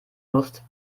musst